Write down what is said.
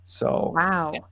Wow